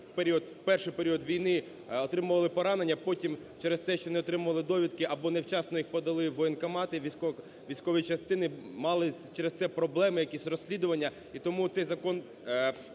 в перший період війни отримували поранення, а потім через те, що не отримували довідки або невчасно їх подали в воєнкомати, військові частини мали через це проблеми, якісь розслідування.